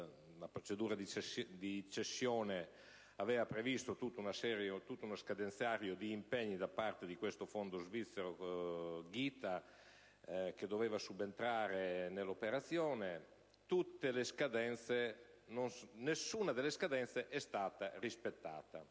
della quale era previsto tutto uno scadenzario di impegni da parte del fondo svizzero GITA, che doveva subentrare nell'operazione. Nessuna delle scadenze è stata rispettata.